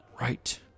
right